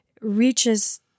reaches